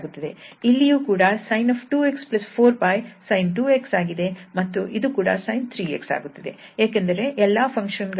ಇಲ್ಲಿಯೂ ಕೂಡ sin2𝑥 4𝜋 sin 2𝑥 ಆಗಿದೆ ಮತ್ತು ಇದು ಕೂಡ sin 3𝑥 ಆಗುತ್ತದೆ ಏಕೆಂದರೆ ಎಲ್ಲಾ ಫಂಕ್ಷನ್ ಗಳ ಪೀರಿಯಡ್ ಗಳು 𝜋 2𝜋 ಅಥವಾ 23 ಆಗಿವೆ